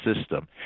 system